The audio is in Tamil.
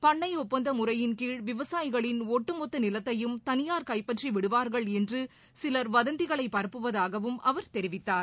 பண்ணை ஒப்பந்த முறையின் கீழ் விவசாயிகளின் ஒட்டுமொத்த நிலத்தையும் தனியார் கைபற்றி விடுவார்கள் என்று சிலர் வதந்திகளை பரப்புவதாகவும் அவர் தெரிவித்தார்